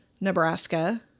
Nebraska